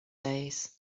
days